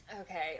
Okay